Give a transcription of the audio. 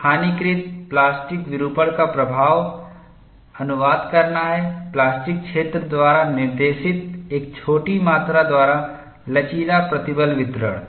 स्थानीयकृत प्लास्टिक विरूपण का प्रभाव अनुवाद करना है प्लास्टिक क्षेत्र द्वारा निर्देशित एक छोटी मात्रा द्वारा लचीला प्रतिबल वितरण